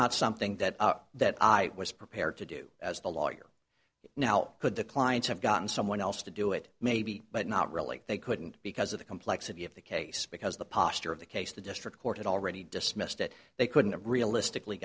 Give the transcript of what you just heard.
not something that that i was prepared to do as the lawyer now could the clients have gotten someone else to do it maybe but not really they couldn't because of the complexity of the case because the posture of the case the district court had already dismissed that they couldn't realistically